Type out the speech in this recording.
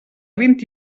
vint